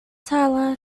tyler